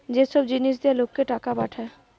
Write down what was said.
যে সব জিনিস দিয়া লোককে টাকা পাঠায়